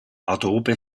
adobe